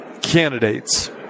candidates